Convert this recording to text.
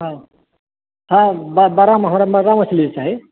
हँ हँ बड़ामे बड़का मछली जे छै